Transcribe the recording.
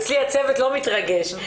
אצלי הצוות לא מתרגש,